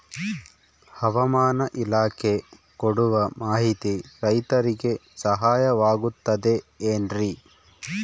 ಹವಮಾನ ಇಲಾಖೆ ಕೊಡುವ ಮಾಹಿತಿ ರೈತರಿಗೆ ಸಹಾಯವಾಗುತ್ತದೆ ಏನ್ರಿ?